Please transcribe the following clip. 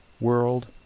world